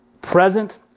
present